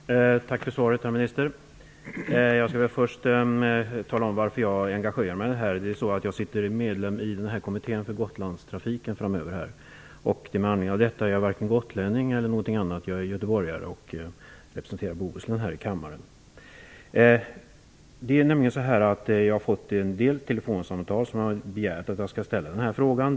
Fru talman! Jag vill tacka ministern för svaret. Först vill jag tala om varför jag har engagerat mig i den här frågan. Jag är medlem i kommittén för Gotlandstrafiken. Jag är inte gotlänning. Jag är göteborgare och representerar Bohuslän här i kammaren. Jag har fått en del telefonsamtal från personer som har begärt att jag skall ställa den här frågan.